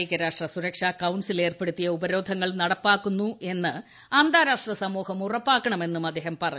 ഐക്യരാഷ്ട്ര സുരക്ഷാ കൌൺസിൽ ഏർപ്പെടുത്തുന്ന ഉപരോധങ്ങൾ നടപ്പാക്കുന്നുയെന്ന് അന്താരാഷ്ട്ര സമൂഹം ഉറപ്പാക്കണമെന്ന് അദ്ദേഹം പറഞ്ഞു